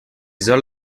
soll